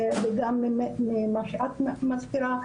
וגם ממי שאת אמרת.